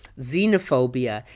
xenophobia,